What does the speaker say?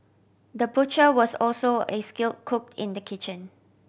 the butcher was also a skill cook in the kitchen